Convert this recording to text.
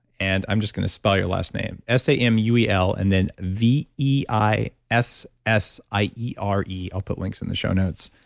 and i'm just going to spell your last name, s a m u e l, and then v e i s s i e r e. i'll put links in the show notes.